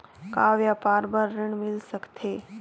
का व्यापार बर ऋण मिल सकथे?